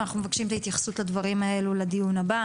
אנחנו מבקשים את ההתייחסות לדברים האלה לדיון הבא.